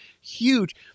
huge